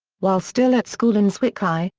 while still at school in zwickau,